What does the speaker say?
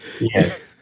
Yes